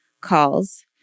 calls